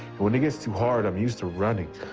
when it gets too hard i'm used to running.